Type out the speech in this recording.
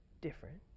different